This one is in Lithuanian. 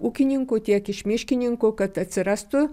ūkininkų tiek iš miškininkų kad atsirastų